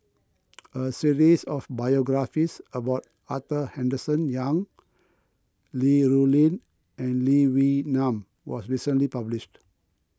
a series of biographies about Arthur Henderson Young Li Rulin and Lee Wee Nam was recently published